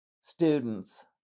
students